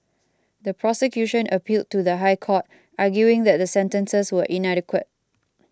the prosecution appealed to the High Court arguing that the sentences were inadequate